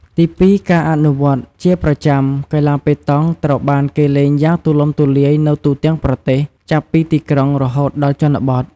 ទីពីរការអនុវត្តន៍ជាប្រចាំ កីឡាប៉េតង់ត្រូវបានគេលេងយ៉ាងទូលំទូលាយនៅទូទាំងប្រទេស ចាប់ពីទីក្រុងរហូតដល់ជនបទ។